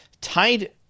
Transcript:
Tied